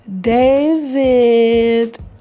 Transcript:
David